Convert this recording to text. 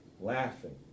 laughing